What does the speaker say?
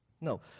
No